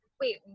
wait